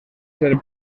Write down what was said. ser